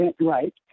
right